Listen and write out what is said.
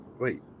Wait